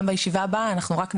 גם בישיבה הבאה אנחנו רק נדבר,